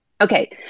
Okay